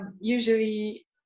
usually